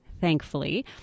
thankfully